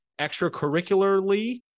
extracurricularly